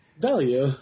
Value